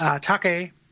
Take